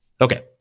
Okay